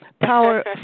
Power